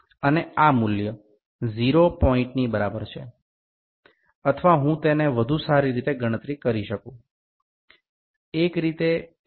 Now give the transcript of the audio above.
98 છે અને આ મૂલ્ય 0 પોઇન્ટની બરાબર છે અથવા હું તેને વધુ સારી રીતે ગણતરી કરી શકું એક રીતે 1